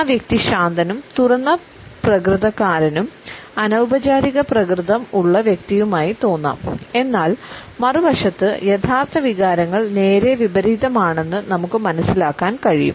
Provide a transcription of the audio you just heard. ആ വ്യക്തി ശാന്തനും തുറന്ന പ്രകൃതകാരനും അനൌപചാരിക പ്രകൃതം ഉള്ള വ്യക്തിയുമായി തോന്നാം എന്നാൽ മറുവശത്ത് യഥാർത്ഥ വികാരങ്ങൾ നേരെ വിപരീതമാണെന്ന് നമുക്ക് മനസ്സിലാക്കാൻ കഴിയും